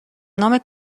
نام